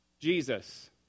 Jesus